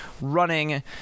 running